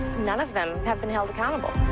none of them have been held accountable.